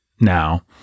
now